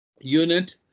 Unit